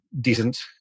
decent